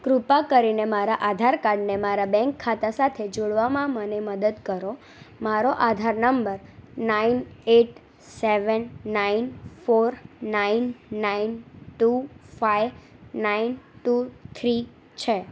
કૃપા કરીને મારા આધાર કાર્ડને મારા બેંક ખાતા સાથે જોડવામાં મને મદદ કરો મારો Aadhaar number nine eight seven nine four nine nine two five nine two three છે